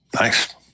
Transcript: Nice